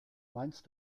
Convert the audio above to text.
meinst